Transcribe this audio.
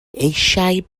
eisiau